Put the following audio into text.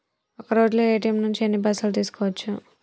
ఒక్కరోజులో ఏ.టి.ఎమ్ నుంచి ఎన్ని పైసలు తీసుకోవచ్చు?